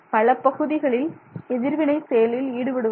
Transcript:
பல பகுதிகளில் எதிர்வினை செயலில் ஈடுபடுவதில்லை